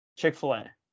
Chick-fil-A